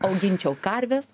auginčiau karves